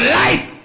life